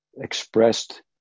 expressed